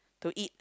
to eat